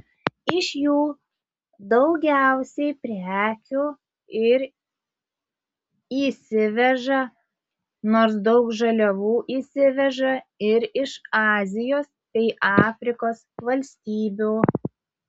iš jų daugiausiai prekių ir įsiveža nors daug žaliavų įsiveža ir iš azijos bei afrikos valstybių